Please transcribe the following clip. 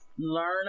learn